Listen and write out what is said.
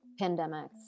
pandemics